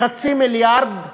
חצי מיליארד בשנה.